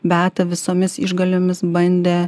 beata visomis išgalėmis bandė